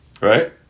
Right